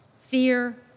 Fear